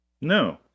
No